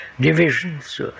divisions